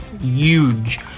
huge